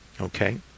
Okay